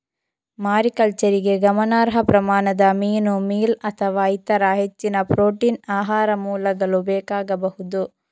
ಮಾರಿಕಲ್ಚರಿಗೆ ಗಮನಾರ್ಹ ಪ್ರಮಾಣದ ಮೀನು ಮೀಲ್ ಅಥವಾ ಇತರ ಹೆಚ್ಚಿನ ಪ್ರೋಟೀನ್ ಆಹಾರ ಮೂಲಗಳು ಬೇಕಾಗಬಹುದು